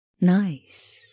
nice